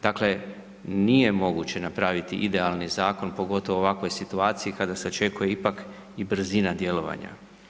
Dakle, nije moguće napraviti idealni zakon, pogotovo u ovakvoj situaciji kada se očekuje ipak i brzina djelovanja.